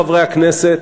חברי הכנסת,